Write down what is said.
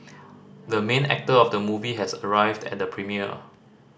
the main actor of the movie has arrived at the premiere